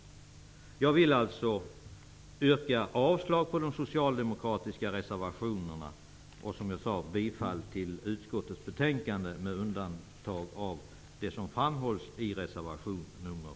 Jag vill alltså yrka avslag på de socialdemokratiska reservationerna och bifall till utskottets hemställan med undantag av det som framhålls i reservation nr